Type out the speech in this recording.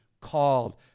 Called